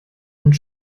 und